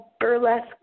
burlesque